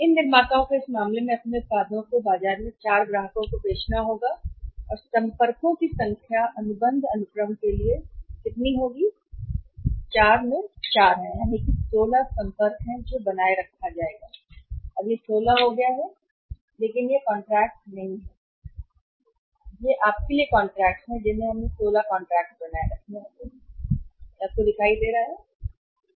इन निर्माताओं को इस मामले में अपने उत्पादों को बाजार में 4 ग्राहकों को बेचना होगा हो जाएगा संपर्कों की संख्या अनुबंध अनुक्रम के लिए संपर्कों की संख्या कितनी होगी कितना होगा कि 4 में 4 है कि 16 संपर्क है बनाए रखा जाएगा वे 16 हो गया है कॉन्ट्रैक्ट कॉन्ट्रैक्ट नहीं लेकिन यह आपके कॉन्टैक्ट्स हैं जिन्हें हमें 16 कॉन्टैक्ट्स बनाए रखने होंगे दिखाई दे रहा है क्योंकि दिखाई देगा